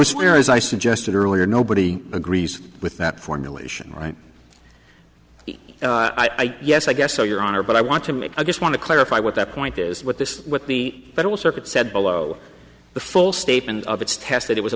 was clear as i suggested earlier nobody agrees with that formulation right i guess i guess so your honor but i want to make i just want to clarify what that point is what this what the federal circuit said below the full statement of its test that it was